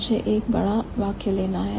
मुझे एक बड़ा वाक्य लिखना है